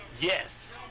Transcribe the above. Yes